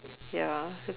ya